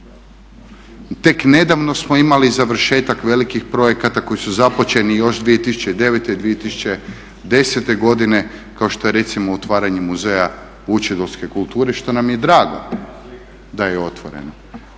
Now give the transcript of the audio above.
tek nedavno smo imali završetak velikih projekata koji su započeti još 2009. 2010., kao što je recimo otvaranje Muzeja vučedolske kulture što nam je drago da je otvoreno.